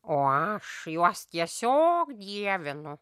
o aš juos tiesiog dievinu